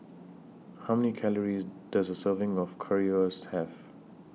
How Many Calories Does A Serving of Currywurst Have